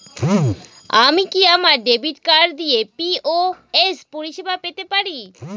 আমি কি আমার ডেবিট কার্ড দিয়ে পি.ও.এস পরিষেবা পেতে পারি?